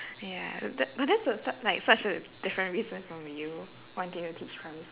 ya b~ but that's a s~ like such a different reason from you wanting to teach primary